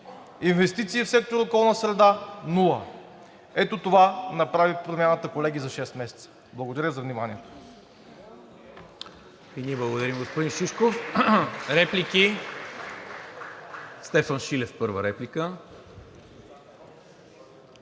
инвестиции в сектор „Околна среда“ – нула. Ето това направи Промяната, колеги, за шест месеца. Благодаря за вниманието.